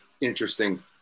interesting